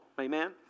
Amen